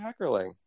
Hackerling